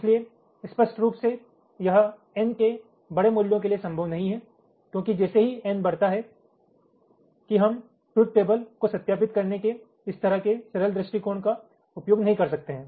इसलिए स्पष्ट रूप से यह एन के बड़े मूल्यों के लिए संभव नहीं है क्योंकि जैसे ही एन बढ़ता है हम ट्रूथ टेबल को सत्यापित करने के इस तरह के सरल दृष्टिकोण का उपयोग नहीं कर सकते हैं